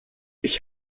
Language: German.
ich